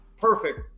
perfect